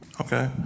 Okay